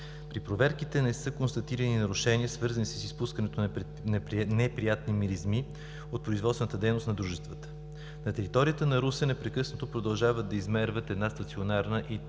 При проверките не са констатирани нарушения, свързани с изпускането на неприятни миризми от производствената дейност на дружествата. На територията на Русе непрекъснато продължават да измерват една стационарна и